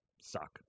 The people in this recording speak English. suck